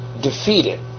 defeated